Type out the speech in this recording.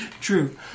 True